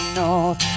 north